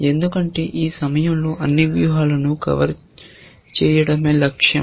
ఎందుకంటే ఈ సమయంలో అన్ని వ్యూహాలను కవర్ చేయడమే లక్ష్యం